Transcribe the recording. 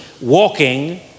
walking